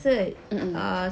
mmhmm